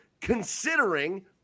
considering